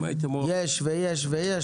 יש ויש, ויש.